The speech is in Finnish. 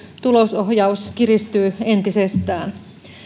tulosohjaus kiristyy entisestään